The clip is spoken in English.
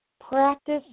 practice